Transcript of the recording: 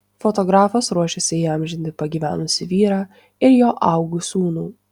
fotografas ruošiasi įamžinti pagyvenusį vyrą ir jo augų sūnų